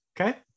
Okay